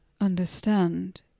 understand